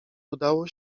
udało